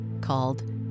called